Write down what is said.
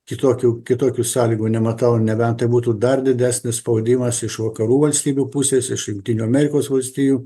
kitokių kitokių sąlygų nematau nebent tai būtų dar didesnis spaudimas iš vakarų valstybių pusės iš jungtinių amerikos valstijų